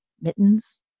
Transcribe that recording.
mittens